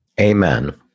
Amen